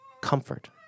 comfort